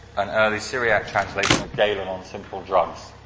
an early syriac translation of galen on simple drugs.